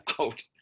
out